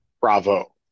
bravo